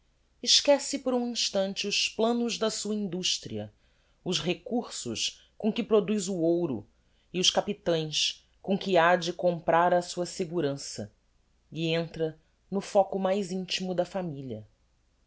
esquece por um instante os planos da sua industria os recursos com que produz o ouro e os capitaes com que hade comprar a sua segurança e entra no fóco mais intimo da familia